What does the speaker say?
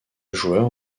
joueur